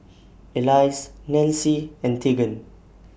Alyse Nancie and Tegan